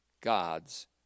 God's